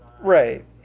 Right